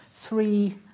three